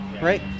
right